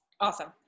Awesome